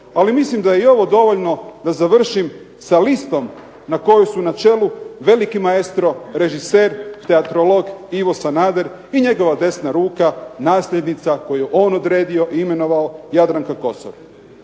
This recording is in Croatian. ali mislim da je i ovo dovoljno da završim sa listom na kojoj su na čelu veliki maestro, režiser, teatrolog Ivo Sanader i njegova desna ruka nasljednica koju je on odredio i imenovao Jadranka Kosor.